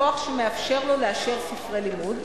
הכוח שמאפשר לו לאשר ספרי לימוד.